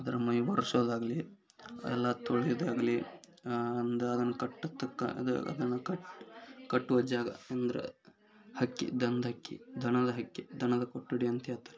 ಅದರ ಮೈ ಒರ್ಸೋದಾಗ್ಲಿ ಅವೆಲ್ಲ ತೊಳೆಯೋದಾಗ್ಲಿ ಅಂದ್ ಅದನ್ನು ಕಟ್ಟತಕ್ಕ ಅದ್ ಅದನ್ನು ಕಟ್ ಕಟ್ಟುವ ಜಾಗ ಅಂದ್ರೆ ಹಕ್ಕಿ ದನ್ದ ಹಕ್ಕಿ ದನದ ಹಕ್ಕಿ ದನದ ಕೊಠಡಿ ಅಂತ್ಹೇಳ್ತಾರೆ